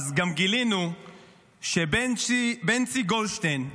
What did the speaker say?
אז גם גילינו שבנצי גולדשטיין,